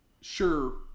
Sure